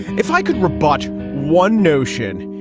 if i could rebut one notion,